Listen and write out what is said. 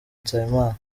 nsabimana